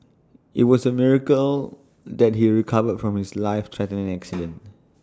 IT was A miracle that he recovered from his life threatening accident